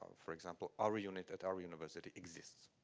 for example, our unit at our university exists.